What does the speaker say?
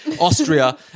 Austria